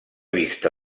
vista